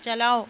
چلاؤ